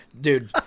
Dude